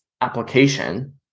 application